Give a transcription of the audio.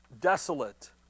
desolate